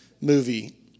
movie